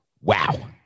Wow